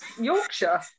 Yorkshire